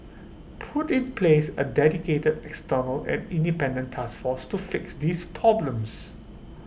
put in place A dedicated external and independent task force to fix these problems